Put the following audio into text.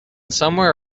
somewhere